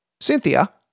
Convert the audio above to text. Cynthia